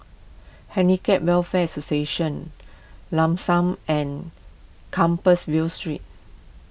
Handicap Welfare Association Lam San and Compassvale Street